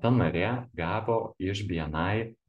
ta narė gavo iš bni